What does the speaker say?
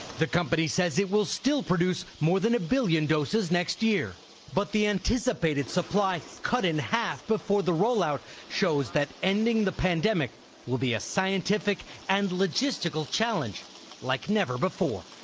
the company said it will still produce more than a billion doses next year but the anticipated supply cut in half before the rollout shows that ending the pandemic will be a scientific and logistical challenge like never before.